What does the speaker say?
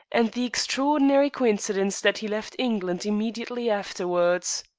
and the extraordinary coincidence that he left england immediately afterwards.